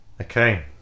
Okay